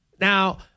Now